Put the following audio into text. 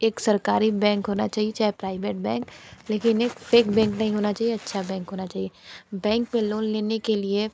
एक सरकारी बैंक होना चाहिए चाहे प्राइवेट बैंक लेकिन एक फेक बैंक नहीं होना चाहिए अच्छा बैंक होना चाहिए बैंक में लोन लेने के लिए